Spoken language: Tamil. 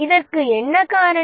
இதற்கு என்ன காரணம்